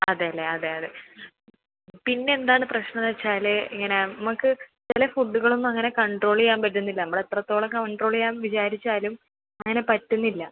അതെ അല്ലേ അതെ അതെ പിന്നെ എന്താണ് പ്രശ്നമെന്ന് വെച്ചാൽ ഇങ്ങനെ നമുക്ക് ചില ഫുഡ്ഡുകളൊന്നും അങ്ങനെ കണ്ട്രോൾ ചെയ്യാൻ പറ്റുന്നില്ല നമ്മൾ എത്രത്തോളം കണ്ട്രോൾ ചെയ്യാൻ വിചാരിച്ചാലും അങ്ങനെ പറ്റുന്നില്ല